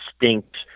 distinct